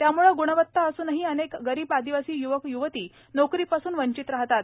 त्यामुळे ग्णवत्ता असूनही अनेक गरीब आदिवासी यूवक यूवती नोकरीपासून वंचित राहतात